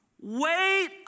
Wait